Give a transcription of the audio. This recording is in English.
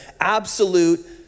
absolute